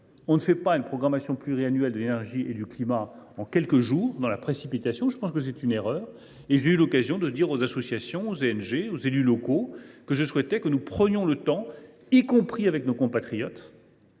On ne fait pas une programmation pluriannuelle de l’énergie et du climat en quelques jours, dans la précipitation. Ce serait, selon moi, une erreur. J’ai eu l’occasion de dire aux associations, aux ONG, aux élus locaux que je souhaitais que nous prenions le temps d’en discuter ensemble,